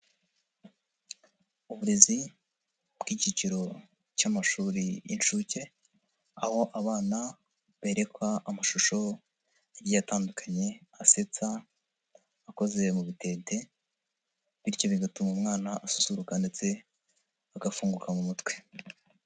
Uburezi bw'ikiciro cy'amashuri y'inshuke, aho abana berekwa amashusho agiye atandukanye, asetsa akoze mu bitente, bityo bigatuma umwana asusuruka ndetse agafunguka mu mutwe.